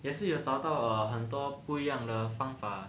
也是有找到 err 很多不一样的方法